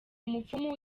mupfumu